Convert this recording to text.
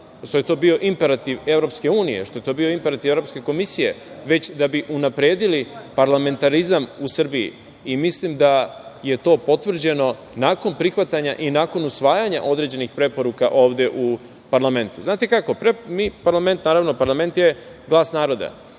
što je to bio imperativ EU, što je to bio imperativ Evropske komisije, već da bi unapredili parlamentarizam u Srbiji i mislim da je to potvrđeno nakon prihvatanja i nakon usvajanja određenih preporuka ovde u parlamentu. Parlament je glas naroda,